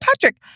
Patrick